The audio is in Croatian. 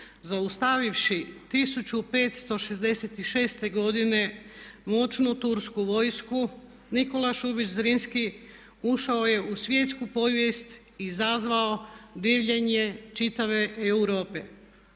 Zaustavivši 1566. godine moćnu tursku vojsku Nikola Šubić Zrinski ušao je u svjetsku povijest i izazvao divljenje čitave Europe.